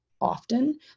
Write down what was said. often